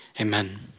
amen